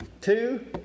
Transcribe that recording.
Two